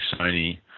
Sony